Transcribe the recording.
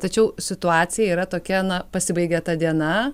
tačiau situacija yra tokia na pasibaigė ta diena